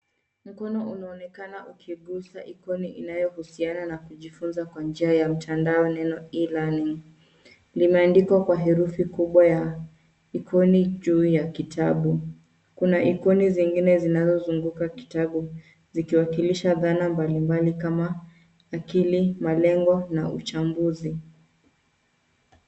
Mkono unaonekana ukigusa ikoni inayohusiana na kujifunza kwa njia ya mtandao neno E-LEARNING Iimeandikwa kwa herufi kubwa ya ikoni juu ya kitabu. Kuna ikoni zingine zinazozunguka kitabu zikiwakilisha dhana mbalimbali kama akili, malengo na uchambuzi.